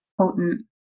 potent